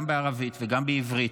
גם בערבית וגם בעברית,